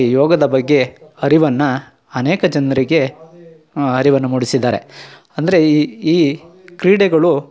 ಯೋಗದ ಬಗ್ಗೆ ಅರಿವನ್ನು ಅನೇಕ ಜನರಿಗೆ ಅರಿವನ್ನು ಮೂಡಿಸಿದ್ದಾರೆ ಅಂದರೆ ಈ ಕ್ರೀಡೆಗಳು